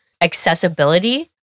accessibility